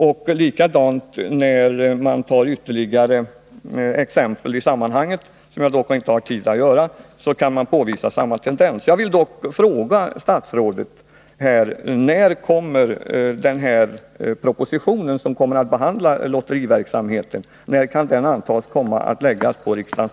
Och när man tar ytterligare exempel i sammanhanget, som jag dock inte har tid att göra nu, kan man påvisa samma tendens.